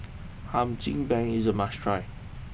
Hum Chim Peng is a must try